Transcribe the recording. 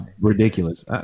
ridiculous